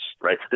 right